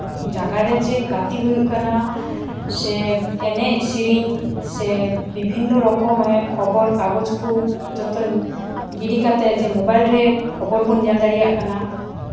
ᱡᱟᱭᱜᱟ ᱨᱮᱡᱮ ᱜᱟᱛᱮ ᱦᱩᱭᱩᱜ ᱠᱟᱱᱟ ᱥᱮ ᱮᱱᱮᱡ ᱥᱮᱨᱮᱧ ᱥᱮ ᱵᱤᱵᱷᱤᱱᱱᱚ ᱨᱚᱠᱚᱢ ᱠᱟᱜᱚᱡᱽ ᱠᱚᱞᱚᱢ ᱠᱚ ᱡᱚᱛᱚᱧ ᱜᱤᱰᱤ ᱠᱟᱛᱮ ᱡᱮ ᱢᱳᱵᱟᱭᱤᱞ ᱨᱮ ᱠᱷᱚᱵᱚᱨ ᱵᱚᱱ ᱧᱮᱞ ᱫᱟᱲᱮᱭᱟᱜ ᱠᱟᱱᱟ